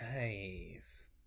Nice